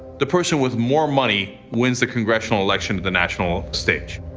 the person with more money wins the congressional election at the national stage?